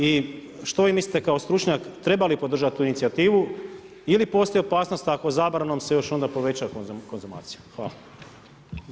I što vi mislite kao stručnjak treba li podržati tu inicijativu ili postoji opasnost ako zabranom se još onda poveća konzumacija?